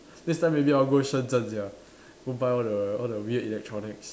next time maybe I'll go Shenzhen sia go buy all the all the weird electronics